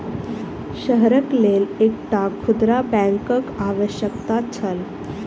शहरक लेल एकटा खुदरा बैंकक आवश्यकता छल